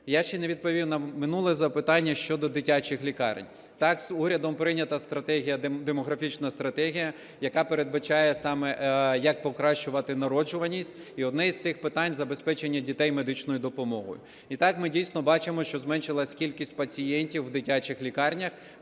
Я ще не відповів на минуле запитання щодо дитячих лікарень. Так, урядом прийнята стратегія, демографічна стратегія, яка передбачає саме як покращувати народжуваність, і одне із цих питань – забезпечення дітей медичною допомогою. І так ми дійсно бачимо, що зменшилась кількість пацієнтів у дитячих лікарнях,